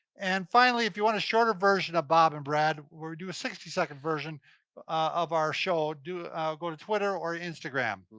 and finally if you want a shorter version of bob and brad, we do a sixty second version of our show. go to twitter or instagram.